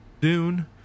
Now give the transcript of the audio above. Dune